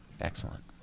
excellent